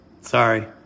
Sorry